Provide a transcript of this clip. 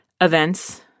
events